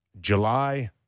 July